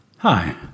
Hi